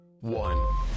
one